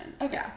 okay